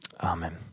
Amen